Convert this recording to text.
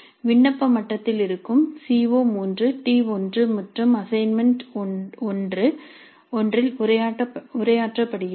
விண்ணப்ப மட்டத்தில் இருக்கும் சி ஓ3 T1 மற்றும் அசைன்மென்ட் 1 இல் உரையாற்றப்படுகிறது